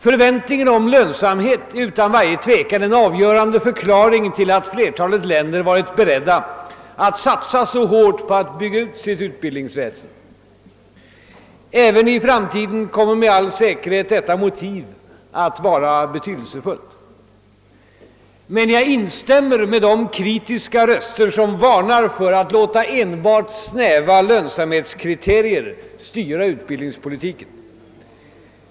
Förväntningar om lönsamhet är utan varje tvivel en avgörande förklaring till att flertalet länder varit beredda att satsa mycket hårt på att bygga ut sitt utbildningsväsen. Även i framtiden kommer med all sannolikhet detta motiv att vara betydelsefullt, men jag instämmer med de kritiska röster som varnar för att låta enbart snäva lönsamhetskriterier styra utbildningspolitiken.